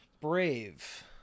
brave